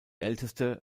älteste